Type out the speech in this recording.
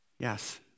Yes